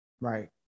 Right